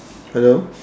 hello